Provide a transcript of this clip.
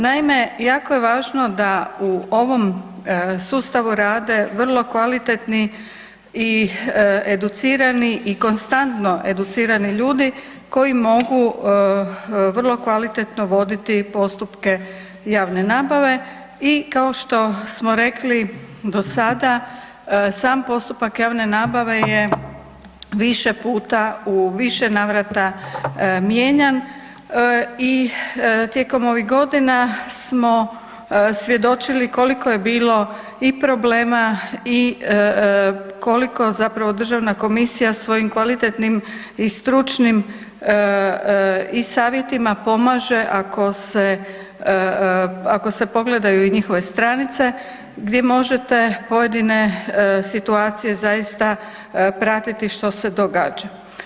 Naime, jako je važno da u ovom sustavu rade vrlo kvalitetni i educirani i konstantno educirani ljudi koji mogu vrlo kvalitetno voditi postupke javne nabave i kao što smo rekli dosada, sam postupak javne nabave je više puta u više navrata mijenjan i tijekom ovih godina smo svjedočili koliko je bilo i problema i koliko zapravo Državna komisija svojim kvalitetnim i stručnim i savjetima pomaže ako se pogledaju i njihove stranice gdje možete pojedine situacije zaista pratiti što se događa.